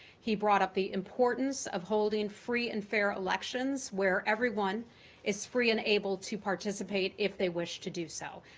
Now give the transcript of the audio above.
he brought up the importance of holding free and fair elections where everyone is free and able to participate if they wish to do so.